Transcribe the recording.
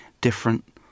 different